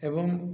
ଏବଂ